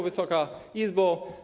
Wysoka Izbo!